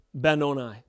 Benoni